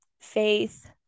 faith